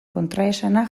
kontraesana